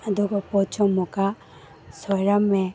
ꯑꯗꯨꯒ ꯄꯣꯠꯁꯨ ꯑꯃꯨꯛꯀ ꯁꯣꯏꯔꯝꯃꯦ